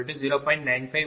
96379 மற்றும் V40